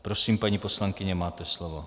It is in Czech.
Prosím, paní poslankyně, máte slovo.